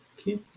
okay